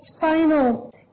final